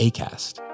Acast